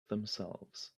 themselves